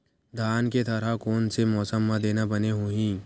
धान के थरहा कोन से मौसम म देना बने होही?